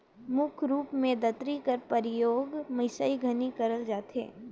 मुख रूप मे दँतरी कर परियोग मिसई घनी करल जाथे